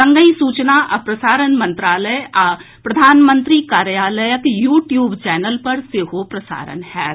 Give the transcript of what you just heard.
संगहि सूचना आ प्रसारण मंत्रालय आओर प्रधानमंत्री कार्यालयक यू ट्यूब चैनल पर सेहो प्रसारण होयत